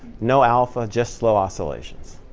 no alpha, just slow oscillations.